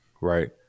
right